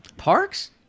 parks